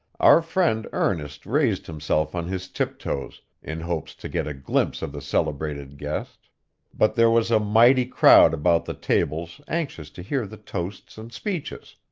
our friend ernest raised himself on his tiptoes, in hopes to get a glimpse of the celebrated guest but there was a mighty crowd about the tables anxious to hear the toasts and speeches,